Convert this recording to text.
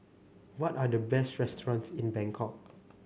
what are the best restaurants in Bangkok